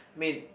mean